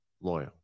loyal